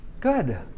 good